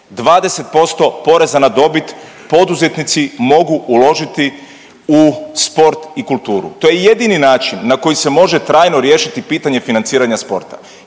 20% poreza na dobit poduzetnici mogu uložiti u sport i kulturu. To je jedini način na koji se može trajno riješiti pitanje financiranja sporta.